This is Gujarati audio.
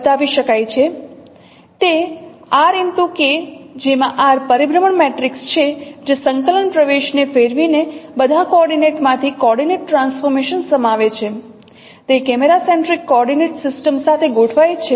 તે RK જેમાં R પરિભ્રમણ મેટ્રિક્સ છે જે સંકલન પ્રવેશને ફેરવીને બધા કોઓર્ડિનેટ માંથી કોઓર્ડિનેટ ટ્રાન્સફોર્મેશન સમાવે છે તે કેમેરા સેન્ટ્રિક કોઓર્ડિનેટ સિસ્ટમ સાથે ગોઠવાય છે